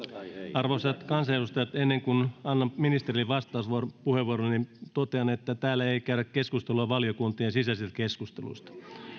arvoisat kansanedustajat ennen kuin annan ministerille vastauspuheenvuoron niin totean että täällä ei käydä keskustelua valiokuntien sisäisistä keskusteluista